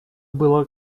было